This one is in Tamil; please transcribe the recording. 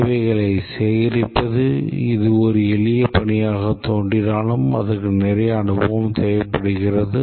தேவைகள் சேகரிப்பது இது ஒரு எளிய பணியாகத் தோன்றினாலும் அதற்கு நிறைய அனுபவம் தேவைப்படுகிறது